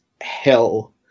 hell